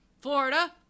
Florida